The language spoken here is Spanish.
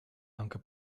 aunque